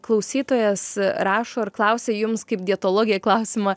klausytojas rašo ir klausia jums kaip dietologei klausimą